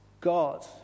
God